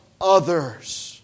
others